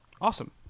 Awesome